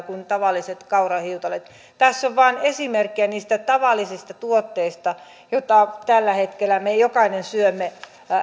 kuin tavalliset kaurahiutaleet tässä on vain esimerkkejä niistä tavallisista tuotteista joita tällä hetkellä me jokainen syömme